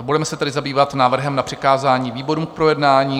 Budeme se tedy zabývat návrhem na přikázání výborům k projednání.